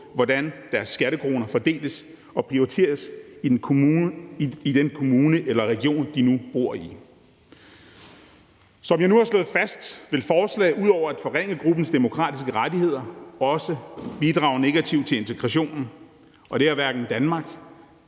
hvordan deres skattekroner fordeles og prioriteres i den kommune og region, de nu bor i. Som jeg nu har slået fast, vil forslaget ud over at forringe gruppens demokratiske rettigheder også bidrage negativt til integrationen, og det har hverken Danmark,